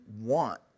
want